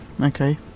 okay